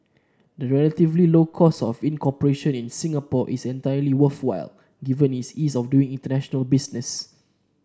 the relatively low cost of incorporation in Singapore is entirely worthwhile given its ease of doing international business